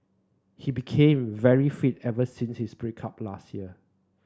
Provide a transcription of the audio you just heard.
he became very fit ever since his break up last year